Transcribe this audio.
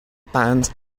band